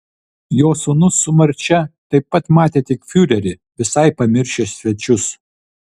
jo sūnus su marčia taip pat matė tik fiurerį visai pamiršę svečius